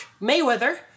Mayweather